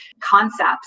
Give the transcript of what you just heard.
concepts